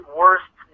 worst